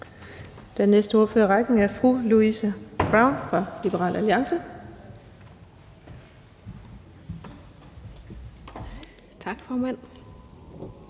Næste ordfører i rækken er fru Louise Brown fra Liberal Alliance. Kl.